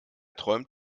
träumt